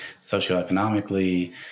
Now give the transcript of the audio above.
socioeconomically